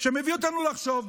שמביא אותנו לחשוב.